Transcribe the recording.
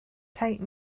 take